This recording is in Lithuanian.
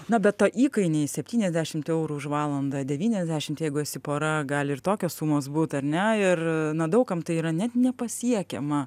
na be to įkainiai septyniasdešimt eurų už valandą devyniasdešimt jeigu esi pora gali ir tokios sumos būt ar ne ir na daug kam tai yra net nepasiekiama